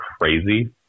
crazy